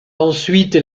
ensuite